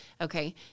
okay